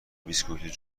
بسکویت